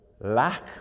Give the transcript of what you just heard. lack